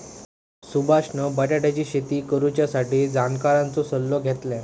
सुभाषान बटाट्याची शेती करुच्यासाठी जाणकारांचो सल्लो घेतल्यान